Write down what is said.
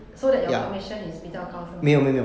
so that your commission is 比较高是吗